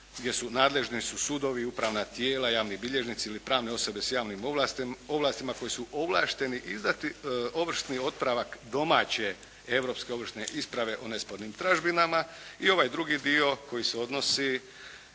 gdje su nadležni sudovi, upravna tijela, javni bilježnici ili pravne osobe s javnim ovlastima koji su ovlašteni izdati ovršni otpravak domaće europske ovršne isprave o nespornim tražbinama, i ovaj drugi dio koji se odnosi